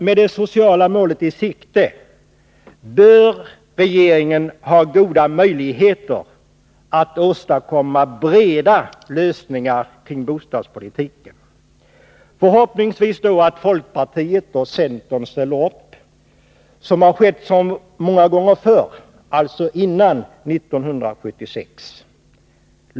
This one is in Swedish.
Med det sociala målet i sikte bör regeringen ha goda möjligheter att åstadkomma breda lösningar kring bostadspolitiken. Förhoppningsvis ställer då folkpartiet och centern upp — det har skett så många gånger förr, alltså före 1976.